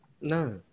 no